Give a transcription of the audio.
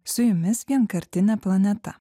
su jumis vienkartinė planeta